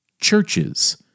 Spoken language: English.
churches